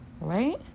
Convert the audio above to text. right